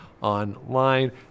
online